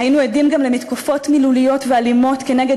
היינו עדים גם למתקפות מילוליות ואלימות כנגד